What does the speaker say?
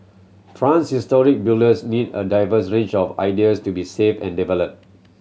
France's historic buildings need a diverse range of ideas to be saved and developed